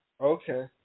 Okay